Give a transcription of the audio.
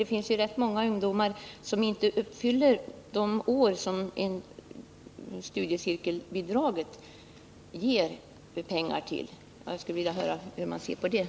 Det finns jurätt många ungdomar som inte är så gamla att studiecirkelbidrag kommer i fråga.